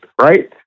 Right